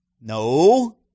No